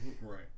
Right